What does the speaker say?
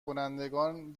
کنندگان